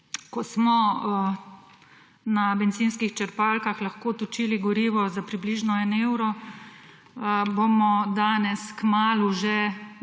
smo na bencinskih črpalkah lahko točili gorivo za približno 1 evro, danes bomo pa kmalu že